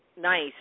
nice